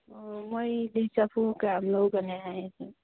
ꯑꯣ ꯃꯣꯏꯗꯤ ꯆꯐꯨ ꯀꯌꯥꯝ ꯂꯧꯒꯅꯤ ꯍꯥꯏꯒꯦ